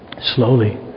Slowly